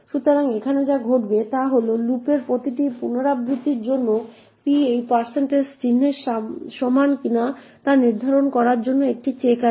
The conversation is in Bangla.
সুতরাং এখানে যা ঘটবে তা হল লুপের প্রতিটি পুনরাবৃত্তির জন্য p এই চিহ্নের সমান কিনা তা নির্ধারণ করার জন্য একটি চেক আছে